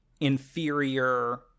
inferior